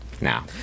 Now